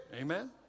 Amen